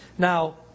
Now